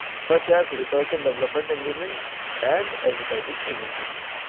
such as research and development engineering and advertising agencies.